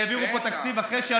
נא לסיים.